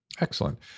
Excellent